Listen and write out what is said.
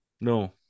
No